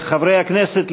חברי הכנסת,